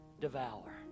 devour